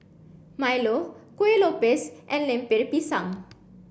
Milo Kuih Lopes and Lemper Pisang